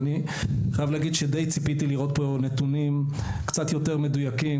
ואני חייב להגיד שדי ציפיתי לראות פה נתונים קצת יותר מדוייקים,